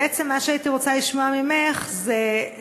בעצם, מה שהייתי רוצה לשמוע ממך זה,